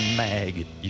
maggot